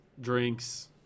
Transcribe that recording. drinks